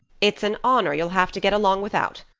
it's an honor you'll have to get along without.